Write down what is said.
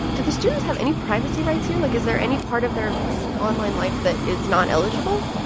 do the students have any privacy rights here? like, is there any part of their online life that is not eligible?